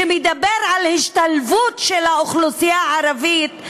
כשהוא מדבר על השתלבות של האוכלוסייה הערבית,